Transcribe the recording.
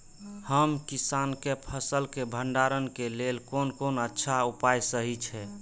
हम किसानके फसल के भंडारण के लेल कोन कोन अच्छा उपाय सहि अछि?